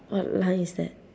what line is that